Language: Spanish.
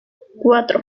cuatro